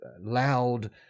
loud